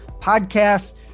Podcasts